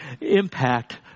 impact